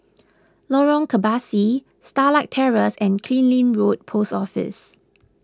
Lorong Kebasi Starlight Terrace and Killiney Road Post Office